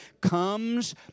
comes